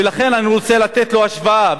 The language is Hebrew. ולכן אני רוצה לתת לו השוואה,